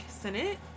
senate